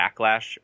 backlash